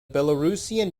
belarusian